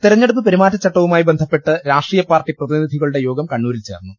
തെരഞ്ഞെടുപ്പ് പെരുമാറ്റച്ചട്ടവുമായി ബന്ധപ്പെട്ട് രാഷ്ട്രീയപാർട്ടി പ്രതിനിധികളുടെ യോഗം കണ്ണൂരിൽ ചേർന്നു